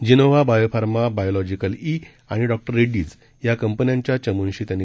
Gennova बायोफार्माबायोलॉजिकल E आणि डॉरेड्डीज या कंपन्यांच्या पथकांशी त्यांनी